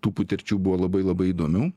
tų patirčių buvo labai labai įdomių